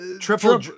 Triple